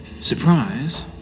Surprise